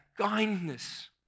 kindness